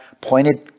pointed